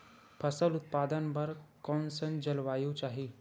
फसल उत्पादन बर कैसन जलवायु चाही?